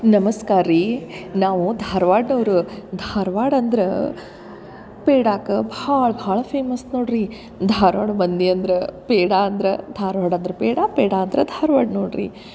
ನಮಸ್ಕಾರ ರೀ ನಾವು ಧಾರವಾಡ ಅವ್ರ ಧಾರವಾಡ ಅಂದ್ರ ಪೆಡಾಕ ಭಾಳ ಭಾಳ ಫೇಮಸ್ ನೋಡ್ರಿ ಧಾರವಾಡ ಮಂದಿ ಅಂದ್ರ ಪೇಡ ಅಂದ್ರ ಧಾರವಾಡ ಅಂದ್ರ ಪೇಡ ಪೇಡ ಅಂದ್ರ ಧಾರವಾಡ ನೋಡ್ರಿ